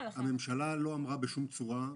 הממשלה לא אמרה בשום צורה,